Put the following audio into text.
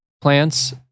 Plants